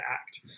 act